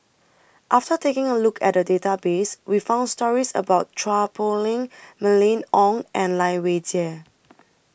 after taking A Look At The Database We found stories about Chua Poh Leng Mylene Ong and Lai Weijie